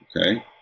Okay